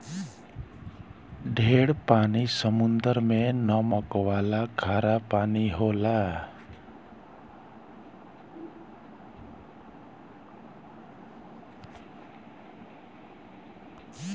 ढेर पानी समुद्र मे नमक वाला खारा पानी होला